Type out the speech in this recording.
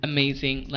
Amazing